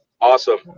Awesome